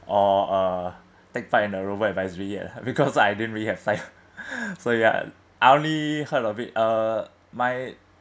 or uh take part in a robo-advisory yet because I didn't really have faith so ya I only heard of it uh my